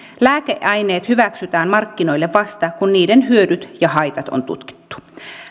lääkeaineet hyväksytään markkinoille vasta kun niiden hyödyt ja haitat on tutkittu